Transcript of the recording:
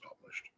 published